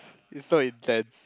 you so intense